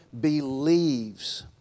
believes